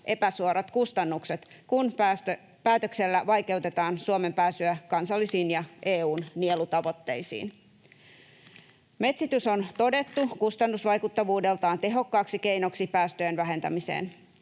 epäsuorat kustannukset, kun päätöksellä vaikeutetaan Suomen pääsyä kansallisiin ja EU:n nielutavoitteisiin. Metsitys on todettu kustannusvaikuttavuudeltaan tehokkaaksi keinoksi päästöjen vähentämiseen.